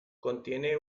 contiene